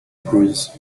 bruise